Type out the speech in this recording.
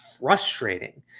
frustrating